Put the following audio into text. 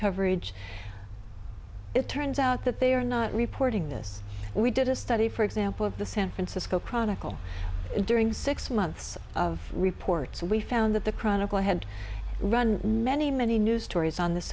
coverage it turns out that they are not reporting this we did a study for example of the san francisco chronicle during six months of reports we found that the chronicle had run many many news stories on this